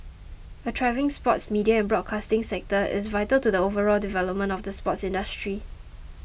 a thriving sports media and broadcasting sector is vital to the overall development of the sports industry